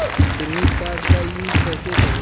Credit card का use कैसे करें?